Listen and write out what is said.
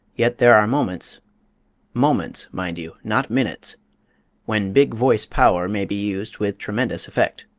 yet there are moments moments, mind you, not minutes when big voice power may be used with tremendous effect.